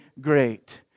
great